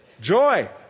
Joy